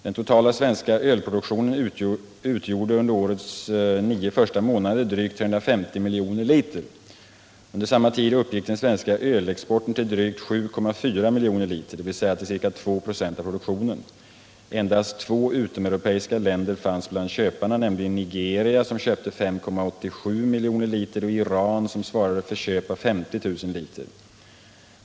Den totala svenska ölproduktionen utgjorde under årets nio första månader drygt 350 miljoner liter. Under samma tid uppgick den svenska ölexporten till drygt 7,4 miljoner liter, dvs. till ca 2 26 av produktionen. Endast två utomeuropeiska länder fanns bland köparna, nämligen Nigeria, som köpte 5,87 miljoner liter, och Iran, som svarade för köp av 50 000 liter.